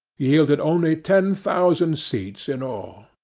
yielded only ten thousand seats in all.